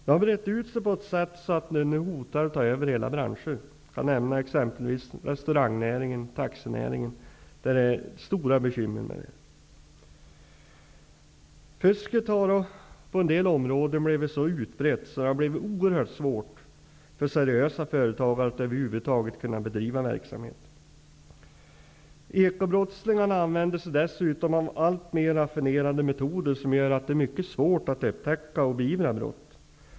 Den har brett ut sig på ett sätt som gör att den hotar att ta över hela branscher. Inom exempelvis restaurang och taxinäringen finns stora bekymmer. Fusket har på en del områden blivit så utbrett att det har blivit oerhört svårt för seriösa företagare att över huvud taget bedriva verksamhet. Ekobrottslingarna använder sig dessutom av alltmer raffinerade metoder, som gör att det är mycket svårt att upptäcka och beivra brott.